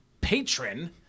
patron